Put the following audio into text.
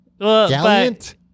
Gallant